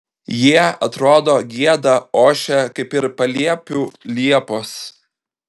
jie atrodo gieda ošia kaip ir paliepių liepos